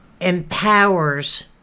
empowers